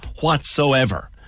whatsoever